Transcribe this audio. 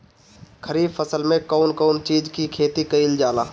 खरीफ फसल मे कउन कउन चीज के खेती कईल जाला?